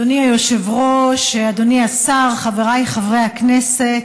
אדוני היושב-ראש, אדוני השר, חבריי חברי הכנסת,